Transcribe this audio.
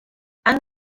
han